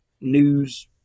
news